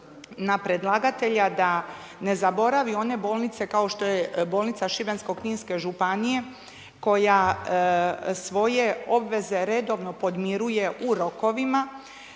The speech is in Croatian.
na predlagatelja da ne zaboravi one bolnice kao što je bolnica Šibensko-kninske županije koja svoje obveze redovno podmiruje u rokovima,